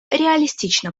реалистично